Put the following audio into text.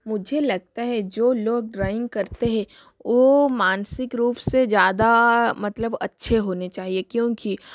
मुझे लगता है जो लोग ड्राइंग करते हैं ओ मानसिक रूप से ज़्यादा मतलब अच्छे होने चाहिएँ क्योंकि